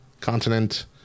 continent